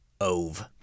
Ove